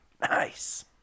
nice